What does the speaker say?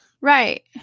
Right